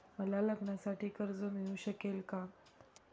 मला लग्नासाठी कर्ज मिळू शकेल का?